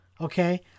okay